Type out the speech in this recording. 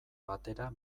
batera